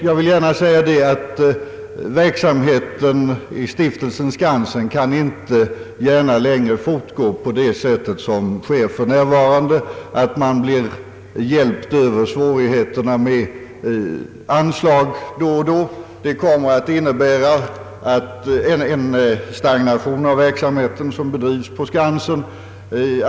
Jag vill gärna säga, att stiftelsen Skansens verksamhet inte gärna längre kan fortgå på det sätt som sker nu, med anslag då och då som hjälper stiftelsen över svårigheterna. Om man inte vet hur framtiden skall gestalta sig kommer följden att bli en stagnation av den verksamhet som bedrivs på Skansen.